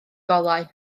golau